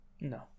No